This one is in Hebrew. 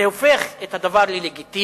זה הופך את הדבר ללגיטימי,